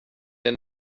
der